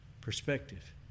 perspective